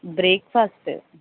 breakfast